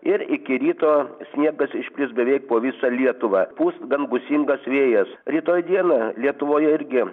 ir iki ryto sniegas išplis beveik po visą lietuvą pūs gan gūsingas vėjas rytoj dieną lietuvoje irgi